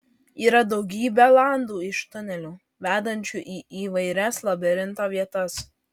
yra daugybė landų iš tunelių vedančių į įvairias labirinto vietas